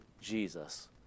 Jesus